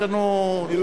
יש לנו --- א.